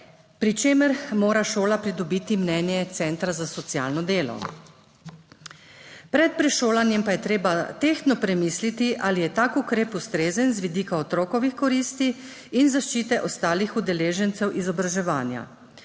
pri čemer mora šola pridobiti mnenje centra za socialno delo. Pred prešolanjem pa je treba tehtno premisliti, ali je tak ukrep ustrezen z vidika otrokovih koristi in zaščite ostalih udeležencev izobraževanja.